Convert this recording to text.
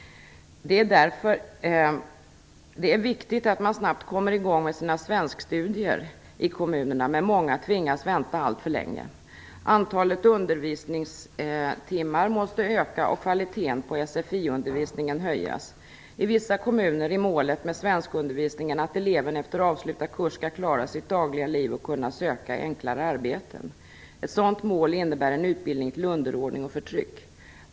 Det är viktigt att man snabbt kommer i gång med sina svenskstudier i kommunen, men många tvingas vänta alltför länge. Antalet undervisningstimmar måste öka och kvaliteten på SFI-undervisningen höjas. I vissa kommuner är målet med svenskundervisningen att eleven efter avslutad kurs skall klara sitt dagliga liv och kunna söka enklare arbeten. Ett sådant mål innebär en utbildning till underordning och förtryck.